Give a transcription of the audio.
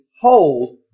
hold